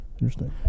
Interesting